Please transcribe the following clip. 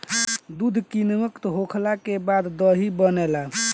दूध किण्वित होखला के बाद दही बनेला